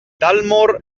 dalmor